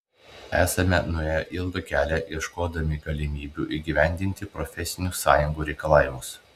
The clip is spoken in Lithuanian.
esame nuėję ilgą kelią ieškodami galimybių įgyvendinti profesinių sąjungų reikalavimus